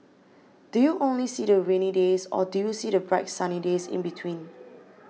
do you only see the rainy days or do you see the bright sunny days in between